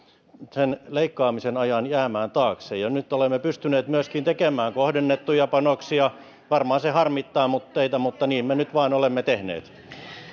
sen leikkaamisen ajan jäämään taakse ja nyt olemme pystyneet myöskin tekemään kohdennettuja panostuksia varmaan se harmittaa teitä mutta niin me nyt vain olemme tehneet